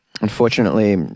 Unfortunately